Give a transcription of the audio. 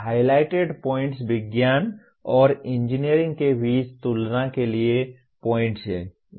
तो highlighted points विज्ञान और इंजीनियरिंग के बीच तुलना के लिए पोइंट्स हैं